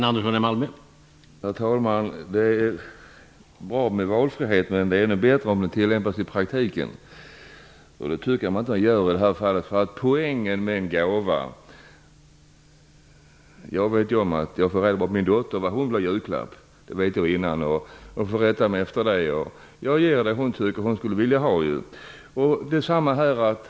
Herr talman! Det är bra med valfrihet, men det är ännu bättre om den tillämpas i praktiken, och det tycker jag inte sker i detta fall. Jag brukar i förväg få veta vad min dotter vill ha i julklapp, och jag får rätta mig efter det och ge henne vad hon vill ha. Detsamma kunde gälla i detta fall.